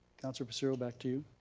councilor passero back to you.